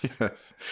Yes